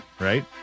Right